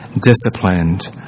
disciplined